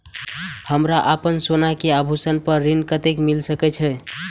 हमरा अपन सोना के आभूषण पर ऋण कते मिल सके छे?